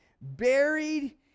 buried